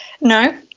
No